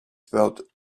spelt